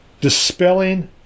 dispelling